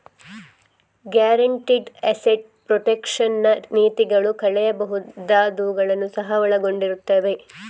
guaranteed asset protection ನ ನೀತಿಗಳು ಕಳೆಯಬಹುದಾದವುಗಳನ್ನು ಸಹ ಒಳಗೊಂಡಿರುತ್ತವೆ